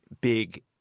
big